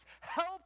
help